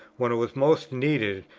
when it was most needed,